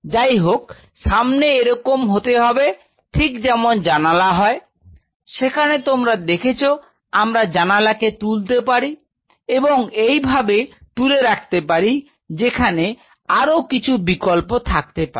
যাই হোক সামনে এরকম হতে হবে ঠিক যেমন জানালা হয় সেখানে তোমরা দেখেছো আমরা জানালাকে তুলতে পারি এবং এইভাবে তুলে রাখতে পারি যেখানে আরো কিছু বিকল্প থাকতে পারে